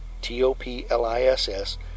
T-O-P-L-I-S-S